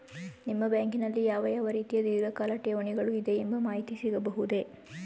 ನಿಮ್ಮ ಬ್ಯಾಂಕಿನಲ್ಲಿ ಯಾವ ಯಾವ ರೀತಿಯ ಧೀರ್ಘಕಾಲ ಠೇವಣಿಗಳು ಇದೆ ಎಂಬ ಮಾಹಿತಿ ಸಿಗಬಹುದೇ?